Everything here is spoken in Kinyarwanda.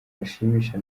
bashimisha